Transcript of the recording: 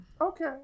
Okay